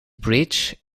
bridge